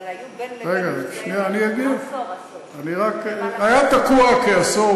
אבל היו בין לבין --- היה תקוע כעשור.